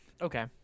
Okay